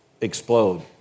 explode